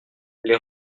les